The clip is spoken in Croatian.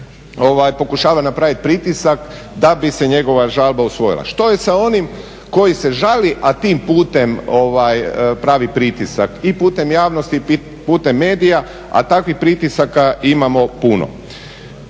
pokušava napraviti pritisak da bi se njegova žalba usvojila. Što je sa onim koji se žali, a tim putem pravi pritisak i putem javnosti i putem medija? A takvih pritisaka imamo puno.